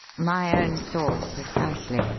my own thought precisely,